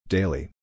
Daily